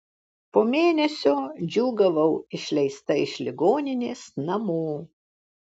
po mėnesio džiūgavau išleista iš ligoninės namo